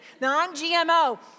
Non-GMO